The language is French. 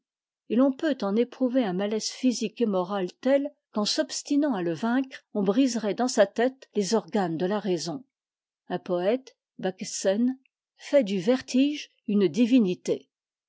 et l'on peut en éprouver un malaise physique et moral tel qu'en s'obstinant à le vaincre on briserait dans sa tête les organes de la raison un poëte baggesen fait du vertige une divinité